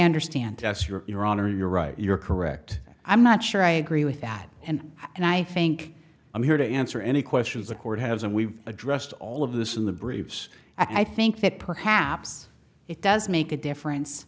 understand your honor you're right you're correct i'm not sure i agree with that and and i think i'm here to answer any questions the court has and we've addressed all of this in the briefs i think that perhaps it does make a difference